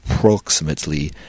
approximately